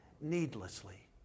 needlessly